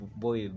boy